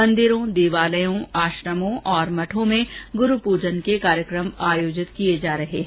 मंदिरों देवालयों आश्रमों और मठों में गुरू पूजन के कार्यक्रम आयोजित किए जा रहे हैं